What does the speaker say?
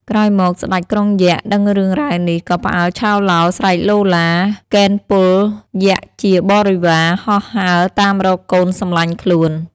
ក្រោយមក ស្ដេចក្រុងយក្ខ ដឹងរឿងរ៉ាវនេះ ក៏ផ្អើលឆោឡោ ស្រែកឡូឡា កេណ្ឌពលយក្ខជាបរិវារ ហោះហើរតាមរកកូនសំឡាញ់ខ្លួន។